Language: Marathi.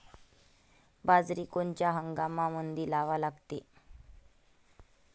बाजरी कोनच्या हंगामामंदी लावा लागते?